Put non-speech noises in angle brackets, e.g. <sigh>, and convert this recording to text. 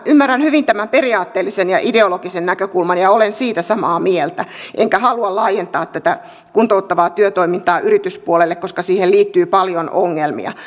ymmärrän hyvin tämän periaatteellisen ja ideologisen näkökulman ja olen siitä samaa mieltä enkä halua laajentaa tätä kuntouttavaa työtoimintaa yrityspuolelle koska siihen liittyy paljon ongelmia <unintelligible>